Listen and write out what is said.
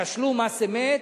תשלום מס אמת,